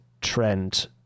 trend